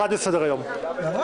13:55.